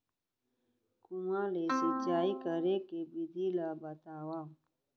कुआं ले सिंचाई करे के विधि ला बतावव?